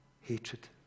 hatred